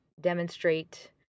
demonstrate